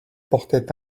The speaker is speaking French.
portait